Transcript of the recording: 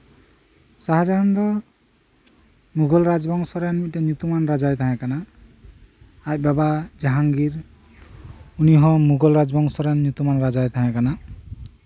ᱥᱟᱦᱟᱡᱟᱱ ᱫᱚ ᱢᱩᱜᱷᱚᱞ ᱨᱟᱡᱽ ᱵᱚᱝᱥᱚᱨᱮᱱ ᱧᱩᱛᱩᱢᱟᱱ ᱨᱟᱡᱟᱭ ᱛᱟᱸᱦᱮ ᱠᱟᱱᱟ ᱟᱡ ᱵᱟᱵᱟ ᱡᱟᱦᱟᱝᱜᱤᱨ ᱩᱱᱤ ᱫᱚ ᱢᱩᱜᱚᱞ ᱨᱟᱡᱽ ᱵᱚᱝᱥᱚᱨᱮᱱ ᱧᱩᱛᱩᱢᱟᱱ ᱨᱟᱡᱟᱭ ᱛᱟᱸᱦᱮ ᱠᱟᱱᱟ